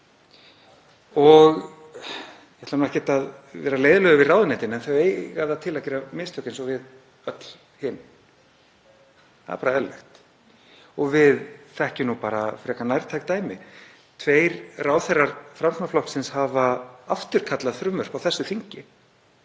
Ég ætla nú ekkert að vera leiðinlegur við ráðuneytin en þau eiga það til að gera mistök eins og við öll hin. Það er bara eðlilegt. Við þekkjum nú bara frekar nærtæk dæmi. Tveir ráðherrar Framsóknarflokksins hafa afturkallað frumvörp á þessu þingi,